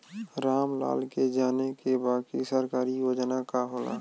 राम लाल के जाने के बा की सरकारी योजना का होला?